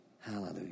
Hallelujah